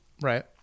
Right